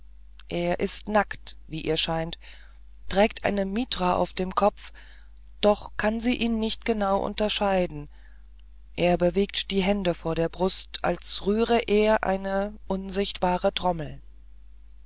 er ist nackt wie ihr scheint und trägt eine mitra auf dem kopf doch kann sie ihn nicht genau unterscheiden er bewegt die hände vor der brust als rühre er eine unsichtbare trommel